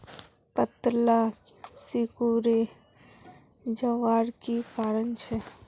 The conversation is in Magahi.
पत्ताला सिकुरे जवार की कारण छे?